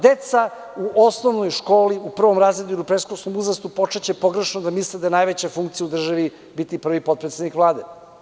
Deca u osnovnoj školi u prvom razredu ili u predškolskom uzrastu počeće pogrešno da misle da je najveća funkcija u državi biti prvi potpredsednik Vlade.